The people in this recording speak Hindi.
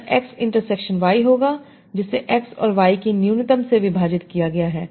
यह X इंटरसेक्शन Y होगा जिसे X और Y की न्यूनतम से विभाजित किया गया है